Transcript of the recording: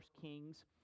Kings